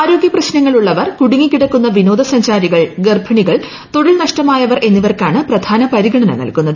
ആരോഗ്യപ്രശ്നങ്ങൾ ഉള്ളവർ കുടുങ്ങിക്കിടക്കുന്ന വിനോദസഞ്ചാരികൾ ഗർഭിണികൾ തൊഴിൽ നഷ്ടമായവർ എന്നിവർക്കാണ് പ്രധാന പരിഗണന നൽകുന്നത്